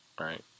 Right